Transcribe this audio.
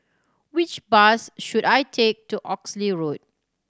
which bus should I take to Oxley Road